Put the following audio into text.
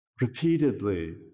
repeatedly